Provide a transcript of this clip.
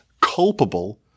culpable